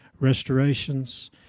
restorations